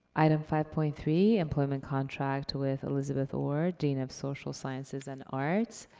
item five point three, employment contract with elisabeth orr, dean of social sciences and arts.